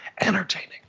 entertaining